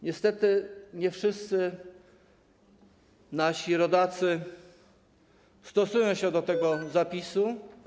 Niestety nie wszyscy nasi rodacy stosują się do tego zapisu.